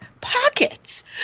pockets